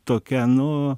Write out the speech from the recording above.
tokia nu